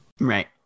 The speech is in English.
Right